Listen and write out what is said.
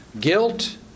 Guilt